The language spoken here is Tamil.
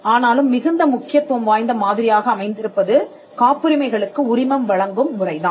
ஆனாலும் மிகுந்த முக்கியத்துவம் வாய்ந்த மாதிரியாக அமைந்திருப்பது காப்புரிமைகளுக்கு உரிமம் வழங்கும் முறை தான்